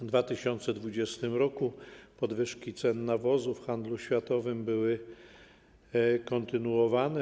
W 2020 r. podwyżki cen nawozów w handlu światowym były kontynuowane.